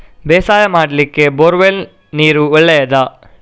ಬೇಸಾಯ ಮಾಡ್ಲಿಕ್ಕೆ bore well ನೀರು ಒಳ್ಳೆಯದಾ?